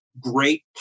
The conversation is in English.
great